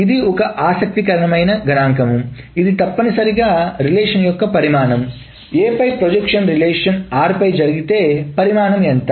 ఇది ఒక ఆసక్తికరమైన గణాంకం ఇది తప్పనిసరిగా రిలేషన్ యొక్క పరిమాణం A పై ప్రొజెక్షన్ రిలేషన్ r పై జరిగితే పరిమాణం ఎంత